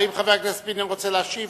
האם חבר הכנסת פיניאן רוצה להשיב?